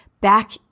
back